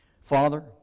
Father